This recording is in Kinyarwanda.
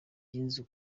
y’inzu